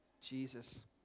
Jesus